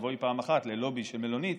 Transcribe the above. תבואי פעם אחת ללובי של מלונית,